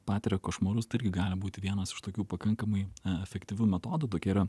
patiria košmarus gali būti vienas iš tokių pakankamai efektyvių metodų tokie yra